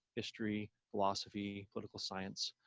history, philosophy, political science.